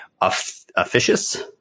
officious